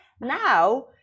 Now